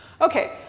Okay